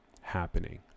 happening